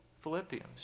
Philippians